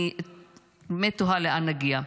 אני באמת תוהה לאן נגיע.